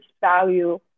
value